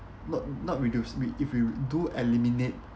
not not reduce we if you do eliminate